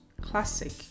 classic